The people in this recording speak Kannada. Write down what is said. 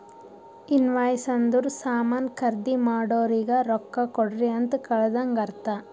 ಇನ್ವಾಯ್ಸ್ ಅಂದುರ್ ಸಾಮಾನ್ ಖರ್ದಿ ಮಾಡೋರಿಗ ರೊಕ್ಕಾ ಕೊಡ್ರಿ ಅಂತ್ ಕಳದಂಗ ಅರ್ಥ